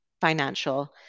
financial